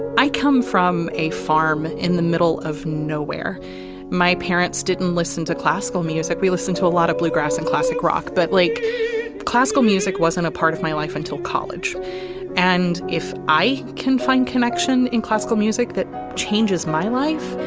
i come from a farm in the middle of nowhere my parents didn't listen to classical music. we listened to a lot of bluegrass and classic rock. but like classical music wasn't a part of my life until college and if i can find connection in classical music that changes my life,